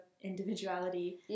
individuality